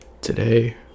Today